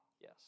Yes